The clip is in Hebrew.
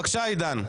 בבקשה, עידן.